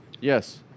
Yes